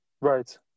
right